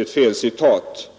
ett felcitat.